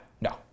no